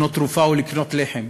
לקנות תרופה או לקנות לחם,